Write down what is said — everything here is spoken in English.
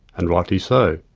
and rightly so,